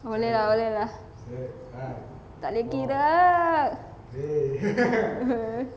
boleh lah boleh lah takleh gi dah